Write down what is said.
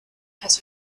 has